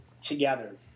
together